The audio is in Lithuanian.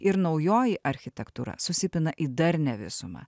ir naujoji architektūra susipina į darnią visumą